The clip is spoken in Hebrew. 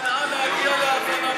להגיע להבנה.